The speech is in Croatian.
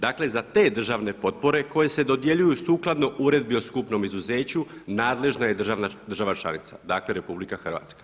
Dakle, za te državne potpore koje se dodjeljuju sukladno Uredbi o skupnom izuzeću nadležna je država članica, dakle RH.